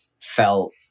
felt